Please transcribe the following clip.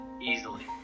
Easily